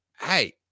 hey